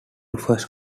first